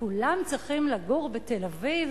כולם צריכים לגור בתל-אביב?